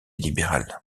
libéral